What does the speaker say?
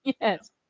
Yes